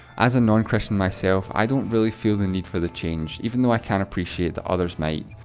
as a non-christian myself, i don't really feel the need for the change, even though i can appreciate that others might.